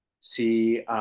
see